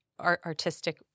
artistic